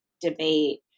debate